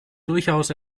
durchaus